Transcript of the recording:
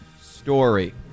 Story